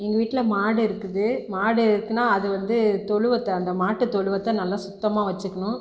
எங்கள் வீட்டில் மாடு இருக்குது மாடு இருக்குதுன்னா அது வந்து தொழுவத்தா அந்த மாட்டு தொழுவத்தை நல்ல சுத்தமாக வச்சுக்ணும்